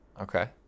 okay